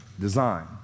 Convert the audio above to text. design